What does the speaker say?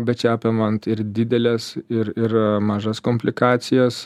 bet čia apimant ir dideles ir ir mažas komplikacijas